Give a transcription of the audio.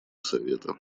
совета